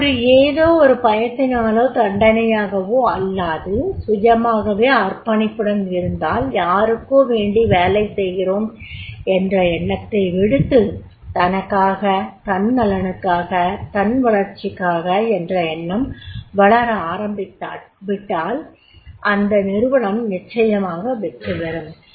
இது ஏதோ ஒரு பயத்தினாலோ தண்டனையாகவோ இல்லாது சுயமாகவே அர்ப்பணிப்புடன் இருந்தால் யாருக்கோ வேண்டி வேலை செய்கிறோம் என்ற எண்ணத்தை விடுத்து தனக்காக தன் நலனுக்காக தன் வளர்ச்சிக்காக என்ற எண்ணம் வளர ஆரம்பித்துவிட்டால் அந்த நிறுவனம் நிச்சயமாக வெற்றிபெறும்